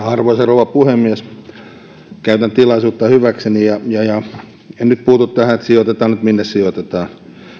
arvoisa rouva puhemies käytän tilaisuutta hyväkseni enkä nyt puutu tähän sijoitetaan nyt minne sijoitetaan tämä ei